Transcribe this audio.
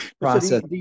process